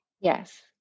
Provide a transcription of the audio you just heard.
Yes